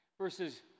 versus